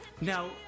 now